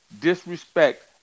disrespect